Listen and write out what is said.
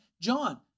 John